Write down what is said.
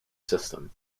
system